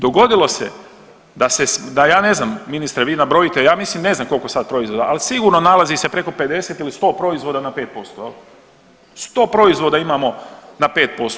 Dogodilo se da ja ne znam ministre vi nabrojite, ja mislim ne znam koliko sad proizvoda, ali sigurno nalazi se preko 50 ili 100 proizvoda na 5% jel, 100 proizvoda imamo na 5%